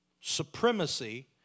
supremacy